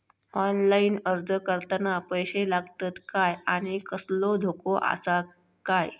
Online अर्ज करताना पैशे लागतत काय आनी कसलो धोको आसा काय?